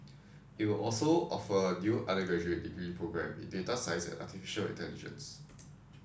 it will also offer a new undergraduate degree programme in data science and artificial intelligence